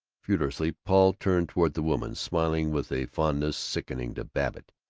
furiously paul turned toward the woman, smiling with a fondness sickening to babbitt.